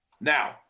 now